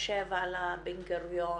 או שנה וחצי.